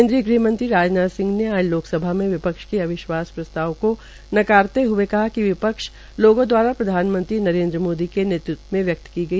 केन्द्रीय ग़हमंत्री राजनाथ सिंह ने आज लोकसभा में विपक्ष के अविश्वास प्रस्ताव को नकारते हए कहा है कि विपक्ष लोगों द्वारा प्रधानमंत्री नरेन्द्र मोदी के नेतृत्व में व्यक्त की गई